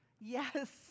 yes